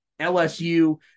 LSU